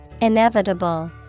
Inevitable